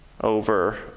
over